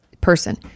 person